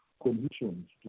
Conditions